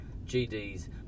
gd's